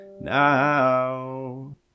now